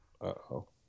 Uh-oh